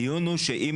הדיון הוא שאם